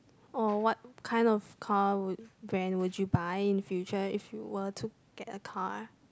or what kind of car would brand would you buy in future if you were to get a car